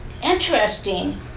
interesting